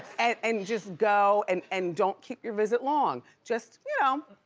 and just go and and don't keep your visit long. just, you know,